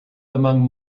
among